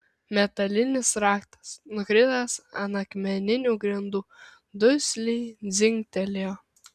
metalinis raktas nukritęs ant akmeninių grindų dusliai dzingtelėjo